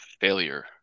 failure